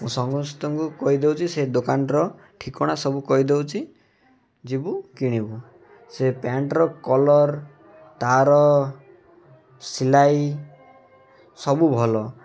ମୁଁ ସମସ୍ତଙ୍କୁ କହିଦେଉଛି ସେ ଦୋକାନର ଠିକଣା ସବୁ କହିଦେଉଛି ଯିବୁ କିଣିବୁ ସେ ପ୍ୟାଣ୍ଟ୍ର କଲର୍ ତା'ର ସିଲାଇ ସବୁ ଭଲ